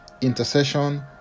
intercession